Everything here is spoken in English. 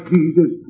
Jesus